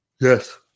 Yes